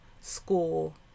school